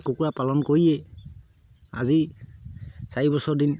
হাঁহ কুকুৰা পালন কৰিয়েই আজি চাৰিবছৰ দিন